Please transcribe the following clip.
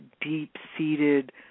deep-seated